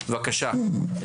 בבקשה.